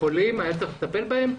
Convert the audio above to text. חולים והיה צריך לטפל בהם,